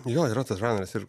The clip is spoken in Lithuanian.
jo yra tas žanras ir